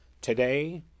Today